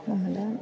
നമ്മൾ